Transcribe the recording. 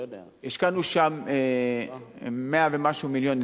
השקענו שם 100 ומשהו מיליון,